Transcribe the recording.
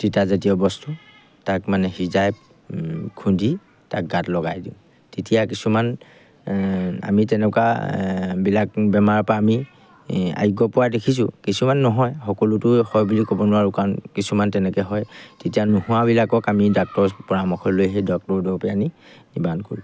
তিতা জাতীয় বস্তু তাক মানে সিজাই খুন্দি তাক গাত লগাই দিওঁ তেতিয়া কিছুমান আমি তেনেকুৱাবিলাক বেমাৰৰপৰা আমি আৰোগ্য পোৱা দেখিছোঁ কিছুমান নহয় সকলোতো হয় বুলি ক'ব নোৱাৰোঁ কাৰণ কিছুমান তেনেকৈ হয় তেতিয়া নোহোৱাবিলাকক আমি ডাক্তৰৰ পৰামৰ্শ লৈ সেই ডক্টৰৰ দৰবেই আনি নিবাৰণ কৰোঁ